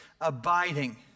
abiding